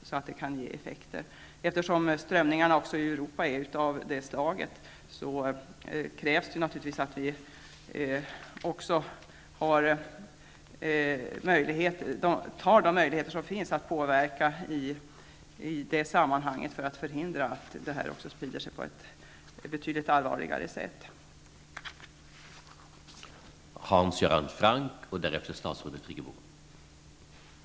Eftersom det förekommer rasisistiska strömningar i det övriga Europa, krävs det att vi använder oss av de möjligheter som finns för att hindra en ännu allvarligare spridning.